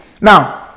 Now